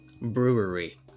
Brewery